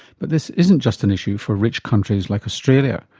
but this isn't just an issue for rich countries like australia.